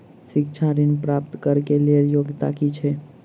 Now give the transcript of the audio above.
शिक्षा ऋण प्राप्त करऽ कऽ लेल योग्यता की छई?